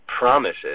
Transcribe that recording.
promises